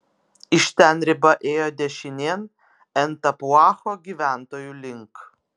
iš ten riba ėjo dešinėn en tapuacho gyventojų link